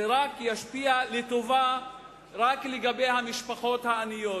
זה רק ישפיע לטובה על המשפחות העניות.